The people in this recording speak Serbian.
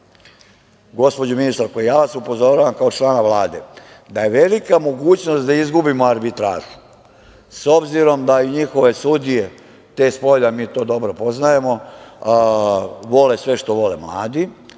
ministarsko, ja vas upozoravam, kao člana Vlade, da je velika mogućnost da izgubimo arbitražu, s obzirom da i njihove sudije, te spolja, mi to dobro poznajemo, vole sve što vole mladi,